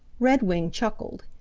redwing chuckled.